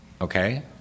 Okay